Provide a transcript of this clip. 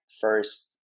first